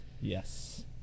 yes